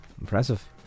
Impressive